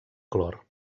clor